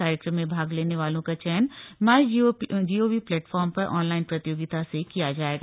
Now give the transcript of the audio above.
कार्यक्रम में भाग लेने वालों का चयन माईजीओवी प्लेटफॉर्म पर ऑनलाइन प्रतियोगिता से किया जाएगा